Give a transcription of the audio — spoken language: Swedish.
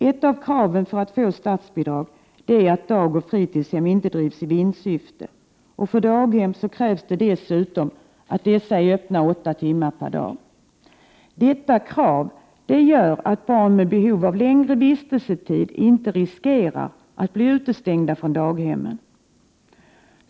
Ett av kraven för att få statsbidrag är att dagoch fritidshem inte drivs i vinstsyfte, och för daghem krävs dessutom att dessa är öppna åtta timmar per dag. Detta krav gör att barn med behov av längre vistelsetid inte riskerar att bli utestängda från daghemmen.